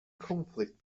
conflict